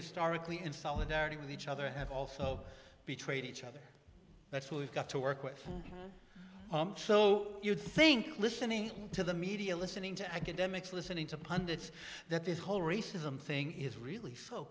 historically in solidarity with each other have also betrayed each other that's what we've got to work with so you think listening to the media listening to academics listening to pundits that this whole racism thing is really so